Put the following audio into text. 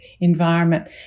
environment